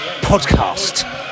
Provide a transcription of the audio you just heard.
podcast